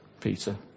Peter